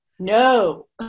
No